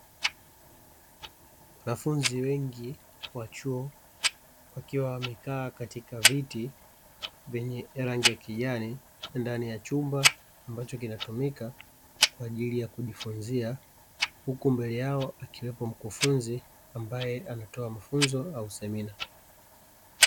Wanafunzi wengi wa chuo wakiwa wamekaa katika viti vyenye rangi ya kijani, ndani ya chumba ambacho kinatumika kwa ajili ya kujifunzia, huku mbele yao akiwepo mkufunzi ambaye anatoa mafunzo au semina.